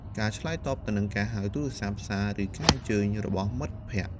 ការឆ្លើយតបទៅនឹងការហៅទូរស័ព្ទ សារ ឬការអញ្ជើញរបស់មិត្តភក្តិ។